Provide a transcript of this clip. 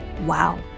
Wow